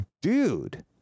Dude